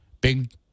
big